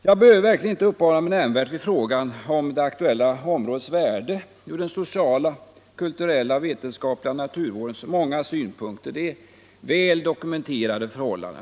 Jag behöver inte uppehålla mig nämnvärt vid frågan om det aktuella områdets värde ur den sociala, kulturella och vetenskapliga naturvårdens många synpunkter. Det är väl dokumenterade förhållanden.